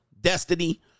Destiny